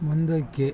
ಮುಂದಕ್ಕೆ